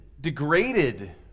degraded